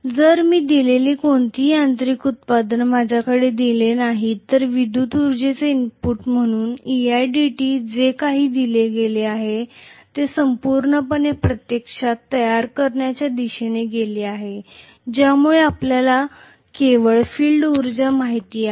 जर मी दिलेली कोणतीही यांत्रिक उत्पादन माझ्याकडे दिली नाही तर विद्युत उर्जेचे इनपुट म्हणून eidt जे काही दिले गेले आहे जे संपूर्णपणे प्रत्यक्षात तयार करण्याच्या दिशेने गेले आहे ज्यामुळे आपल्याला केवळ फील्ड उर्जा माहित आहे